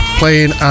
playing